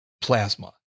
Plasma